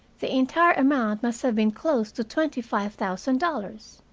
the entire amount must have been close to twenty-five thousand dollars.